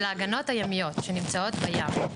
של ההגנות הימיות, שנמצאות בים.